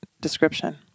description